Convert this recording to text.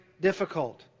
difficult